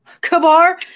Kabar